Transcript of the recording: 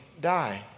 die